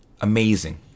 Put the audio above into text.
amazing